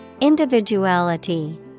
Individuality